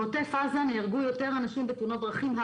בעוטף עזה נהרגו יותר אנשים בתאונות דרכים,